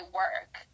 work